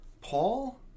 Paul